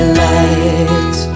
light